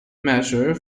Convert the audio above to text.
measure